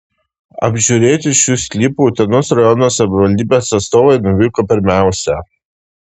apžiūrėti šių sklypų utenos rajono savivaldybės atstovai nuvyko pirmiausia